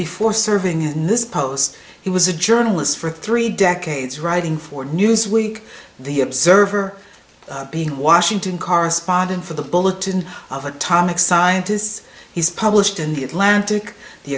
before serving in this post he was a journalist for three decades writing for newsweek the observer being a washington correspondent for the bulletin of atomic scientists he's published in the atlantic the